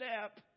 step